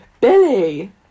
Billy